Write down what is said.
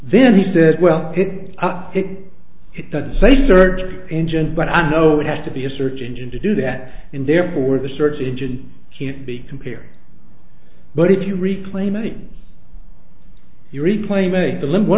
then he said well get it it doesn't say search engines but i know it has to be a search engine to do that and therefore the search engine can be compared but if you reclaiming your replay make the